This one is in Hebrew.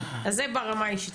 זה ברמה האישית.